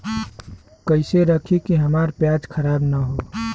कइसे रखी कि हमार प्याज खराब न हो?